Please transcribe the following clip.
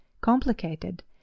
complicated